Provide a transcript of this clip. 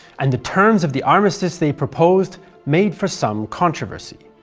and the terms of the armistice they proposed made for some controversy.